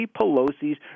Pelosi's